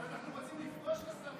לא, אנחנו רוצים לפגוש את השרים,